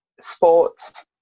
Sports